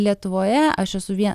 lietuvoje aš esu vie